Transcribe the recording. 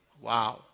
Wow